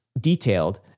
detailed